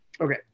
okay